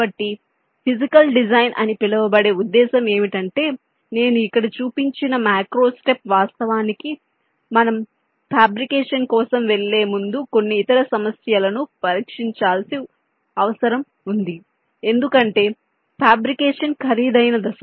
కాబట్టి physical design అని పిలవబడే ఉద్దేశ్యం ఏమిటంటే నేను ఇక్కడ చూపించిన మాక్రో స్టెప్ వాస్తవానికి మనం ఫ్యాబ్రికేషన్ కోసం వెళ్ళే ముందు కొన్ని ఇతర సమస్యలను పరిశీలించాల్సిన అవసరం ఉంది ఎందుకంటే ఫ్యాబ్రికేషన్ ఖరీదైన దశ